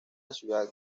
ciudad